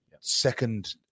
second